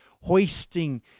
hoisting